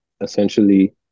essentially